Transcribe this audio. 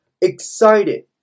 excited